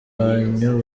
banyu